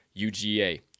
UGA